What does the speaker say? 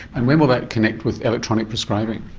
and when will that connect with electronic prescribing?